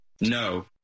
No